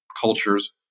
cultures